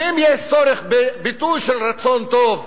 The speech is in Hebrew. ואם יש צורך בביטוי של רצון טוב,